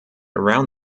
around